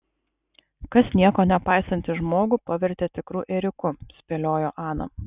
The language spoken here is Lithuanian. kas nieko nepaisantį žmogų pavertė tikru ėriuku spėliojo ana